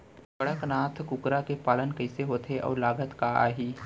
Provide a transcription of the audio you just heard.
कड़कनाथ कुकरा के पालन कइसे होथे अऊ लागत का आही?